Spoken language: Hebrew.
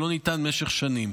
שלא ניתן משך שנים,